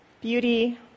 beauty